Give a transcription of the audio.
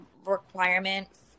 requirements